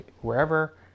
wherever